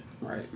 Right